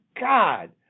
God